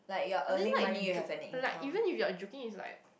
I think like jo~ like even if you're joking is like